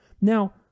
Now